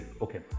Okay